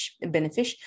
benefit